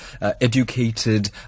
educated